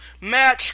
match